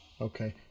Okay